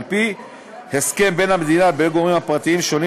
על-פי הסכם בין המדינה לבין גורמים פרטיים שונים